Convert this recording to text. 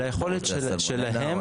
על היכולת לייבא.